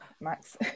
Max